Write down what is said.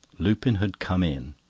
lupin had come in.